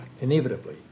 inevitably